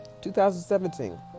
2017